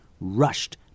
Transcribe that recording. rushed